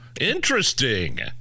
interesting